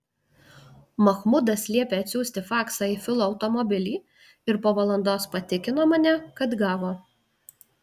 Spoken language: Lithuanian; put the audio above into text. mahmudas liepė atsiųsti faksą į filo automobilį ir po valandos patikino mane kad gavo